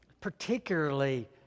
particularly